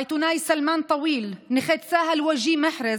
העיתונאי סלמאן טוויל ונכה צה"ל וגיה מחרז,